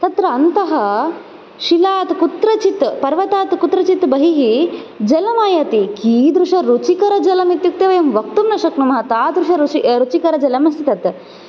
तत्र अन्तः शिलात् कुत्रचित् पर्वतात् कुत्रचित् बहिः जलमायाति कीदृशरुचिकरजलमित्युक्ते वक्तुं न शक्नुमः तादृशरुचि रुचिकरजलम् अस्ति तत्